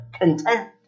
content